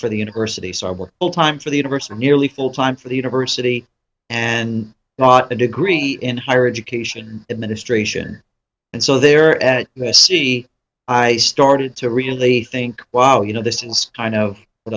for the universities or work full time for the universe or nearly full time for the university and not a degree in higher education administration and so there at the sea i started to really think wow you know this is kind of what